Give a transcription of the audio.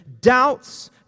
doubts